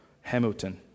Hamilton